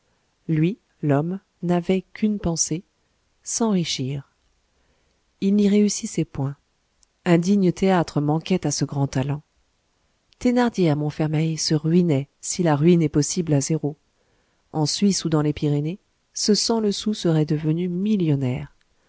lui l'homme n'avait qu'une pensée s'enrichir il n'y réussissait point un digne théâtre manquait à ce grand talent thénardier à montfermeil se ruinait si la ruine est possible à zéro en suisse ou dans les pyrénées ce sans le sou serait devenu millionnaire